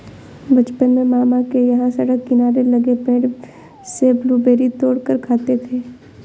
बचपन में मामा के यहां सड़क किनारे लगे पेड़ से ब्लूबेरी तोड़ कर खाते थे